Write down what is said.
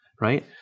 right